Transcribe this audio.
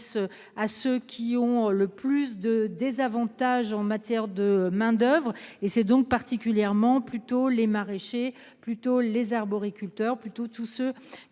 à ceux qui ont le plus de désavantages en matière de main-d'oeuvre et c'est donc particulièrement plutôt les maraîchers plutôt les arboriculteurs plutôt tous ceux qui